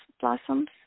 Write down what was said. blossoms